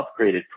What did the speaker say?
upgraded